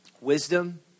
Wisdom